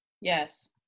Yes